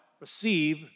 receive